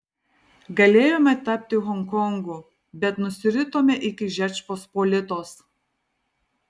galėjome tapti honkongu bet nusiritome iki žečpospolitos